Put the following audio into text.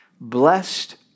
Blessed